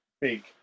big